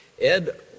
Ed